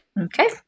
Okay